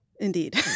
Indeed